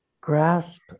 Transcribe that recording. grasp